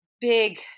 big